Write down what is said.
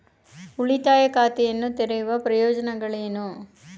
ಉಳಿತಾಯ ಖಾತೆಯನ್ನು ತೆರೆಯುವ ಪ್ರಯೋಜನಗಳೇನು?